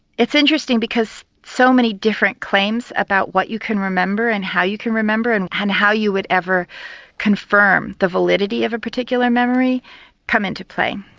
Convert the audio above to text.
it's interesting because so many different claims about what you can remember and how you can remember and how and how you would ever confirm the validity of a particular memory come into play.